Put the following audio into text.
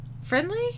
Friendly